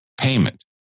payment